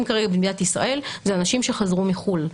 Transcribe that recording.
כרגע במדינת ישראל זה אנשים שחזרו מחו"ל,